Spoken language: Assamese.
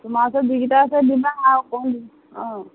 তোমাৰ ওচৰত যিকেইটা আছে দিবা আৰু কল অঁ